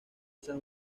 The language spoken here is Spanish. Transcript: estas